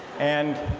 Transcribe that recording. and